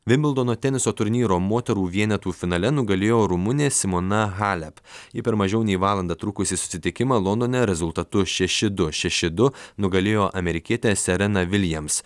vimbldono teniso turnyro moterų vienetų finale nugalėjo rumunė simona halep ji per mažiau nei valandą trukusį susitikimą londone rezultatu šeši du šeši du nugalėjo amerikietę sereną viljams